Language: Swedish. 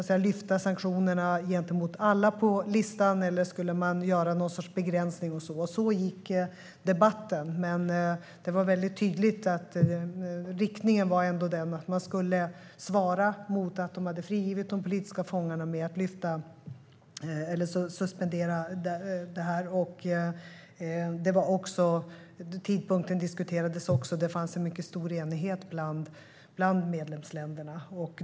Skulle man lyfta sanktionerna gentemot alla på listan, eller skulle man göra någon sorts begränsning? Så gick debatten. Men det var mycket tydligt att riktningen var att man skulle svara mot att de hade frigett de politiska fångarna genom att suspendera detta. Tidpunkten diskuterades också, och det fanns en mycket stor enighet bland medlemsländerna.